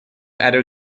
adair